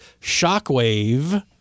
shockwave